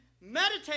meditate